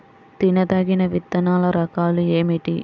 తినదగిన విత్తనాల రకాలు ఏమిటి?